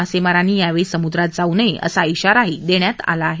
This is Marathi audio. मासेमारांनी यावेळी सम्द्रात जाऊ नये असा इशाराही देण्यात आला आहे